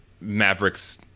Mavericks